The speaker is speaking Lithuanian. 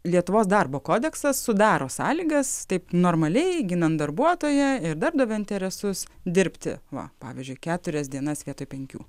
lietuvos darbo kodeksas sudaro sąlygas taip normaliai ginan darbuotoją ir darbdavio interesus dirbti va pavyzdžiui keturias dienas vietoj penkių